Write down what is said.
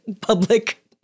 public